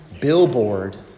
billboard